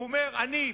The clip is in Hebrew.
הוא אומר: אני,